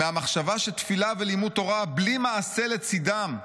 מהמחשבה שתפילה ולימוד תורה, בלי מעשה לצידם,